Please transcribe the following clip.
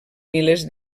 milers